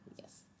Yes